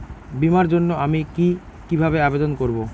বিমার জন্য আমি কি কিভাবে আবেদন করব?